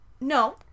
no